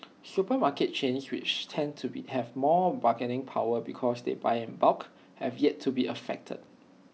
supermarket chains which tend to have more bargaining power because they buy in bulk have yet to be affected